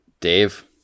Dave